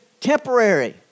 temporary